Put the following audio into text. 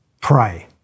pray